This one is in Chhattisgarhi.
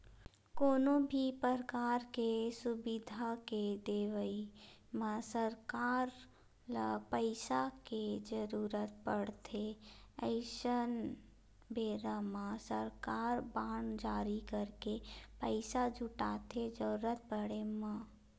कोनो भी परकार के सुबिधा के देवई म सरकार ल पइसा के जरुरत पड़थे अइसन बेरा म सरकार बांड जारी करके पइसा जुटाथे जरुरत पड़े म